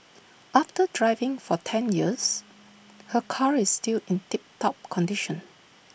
after driving for ten years her car is still in tip top condition